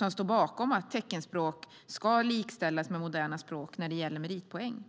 nu står bakom att teckenspråk ska likställas med moderna språk när det gäller meritpoäng.